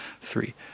three